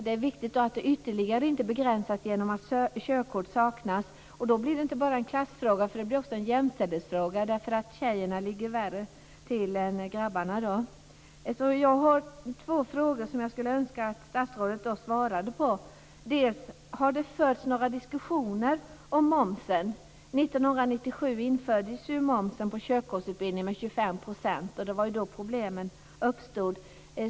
Det är viktigt att den inte ytterligare begränsas genom att körkort saknas. Då blir det inte bara en klassfråga utan också en jämställdhetsfråga därför att tjejerna i dag ligger värre till än grabbarna. Jag har två frågor som jag skulle önska att statsrådet svarade på men först undrar jag om det har förts några diskussioner om momsen. 1997 infördes ju 25 % moms på körkortsutbildning, och det var då problemen uppstod.